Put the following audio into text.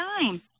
time